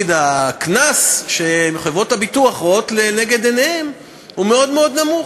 הקנס שחברות הביטוח רואות לנגד עיניהן הוא מאוד מאוד נמוך.